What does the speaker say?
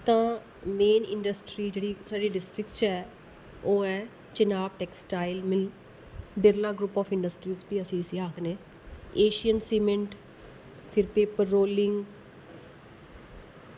तां main industry जेह्ड़ी साढ़ी डिस्ट्रिक्ट च ऐ ओह् ऐ Chenab textile mill Birla group of industries बी अस इस्सी आक्खने एशियन सीमेंट फिर पेपर रोलिंग